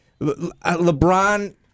LeBron